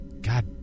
God